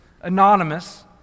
anonymous